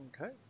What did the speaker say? Okay